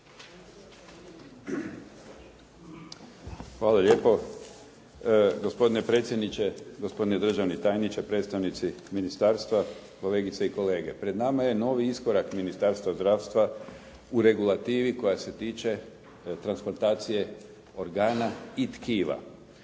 Hvala lijepo. Gospodine predsjedniče, gospodine državni tajniče, predstavnici ministarstva, kolegice i kolege. Pred nama je novi iskorak Ministarstva zdravstva u regulativi koja se tiče transplantacije organa i tkiva